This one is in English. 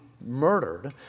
murdered